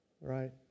right